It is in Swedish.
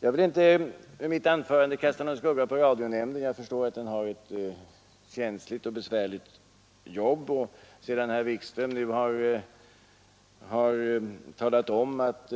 Jag vill inte i mitt anförande kasta någon skugga på radionämnden. Jag förstår att den har ett känsligt och besvärligt jobb. Sedan herr Wikström nu har talat om att